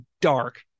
dark